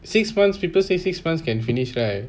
six months people say six months can finish right